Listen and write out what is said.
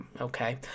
okay